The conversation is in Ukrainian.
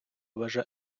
вежа